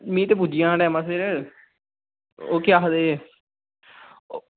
में ते पुज्जी जाना टैमें सिर ओह् केह् आक्खदे